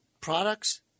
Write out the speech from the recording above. products